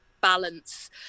balance